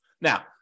Now